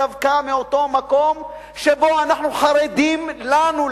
דווקא מאותו מקום שבו אנחנו חרדים לנו,